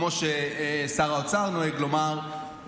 כמו ששר האוצר נוהג לומר,